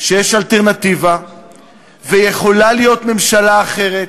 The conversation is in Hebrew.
שיש אלטרנטיבה ויכולה להיות ממשלה אחרת,